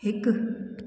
हिकु